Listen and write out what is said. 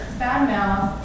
badmouth